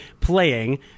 playing